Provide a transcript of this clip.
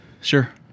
Sure